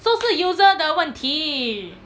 so 是 user 的问题